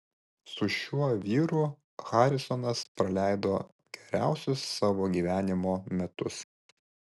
su šiuo vyru harisonas praleido geriausius savo gyvenimo metus